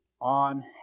on